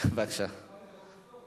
רוצה להיכנס להיסטוריה.